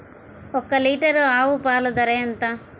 ఒక్క లీటర్ ఆవు పాల ధర ఎంత?